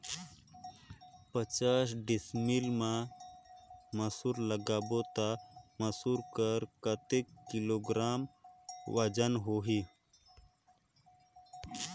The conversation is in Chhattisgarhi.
पचास डिसमिल मा मसुर लगाबो ता मसुर कर कतेक किलोग्राम वजन होही?